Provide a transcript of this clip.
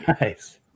nice